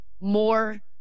more